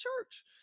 church